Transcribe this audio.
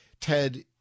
Ted